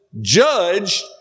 judged